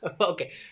Okay